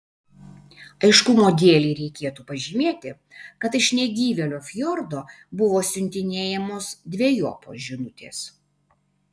aiškumo dėlei reikėtų pažymėti kad iš negyvėlio fjordo buvo siuntinėjamos dvejopos žinutės